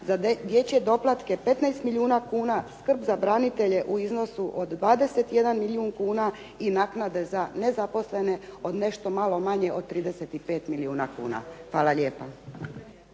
za dječje doplatke 15 milijuna kuna, skrb za branitelje u iznosu od 21 milijun kuna i naknade za nezaposlene od nešto malo manje od 35 milijuna kuna. Hvala lijepa.